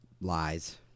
Lies